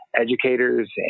educators